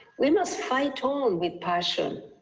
we must fight-on with passion,